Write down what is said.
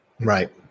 Right